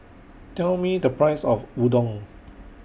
Tell Me The Price of Udon